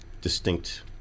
distinct